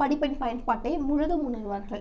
படிப்படி பயன்பாட்டை முழுதும் உணர்வார்கள்